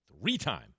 three-time